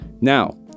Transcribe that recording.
Now